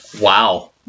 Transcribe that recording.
Wow